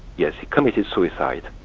yes, he committed suicide.